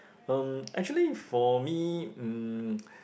um actually for me um